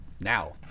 now